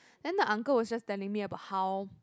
then the uncle was just telling me about how